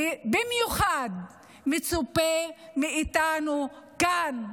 ובמיוחד מצופה מאיתנו כאן,